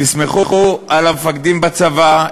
תסמכו על המפקדים בצבא,